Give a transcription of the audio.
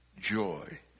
joy